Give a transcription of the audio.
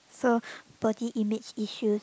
so body image issues